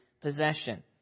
possession